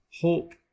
hope